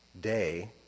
Day